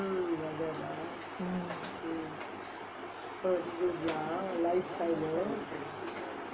mm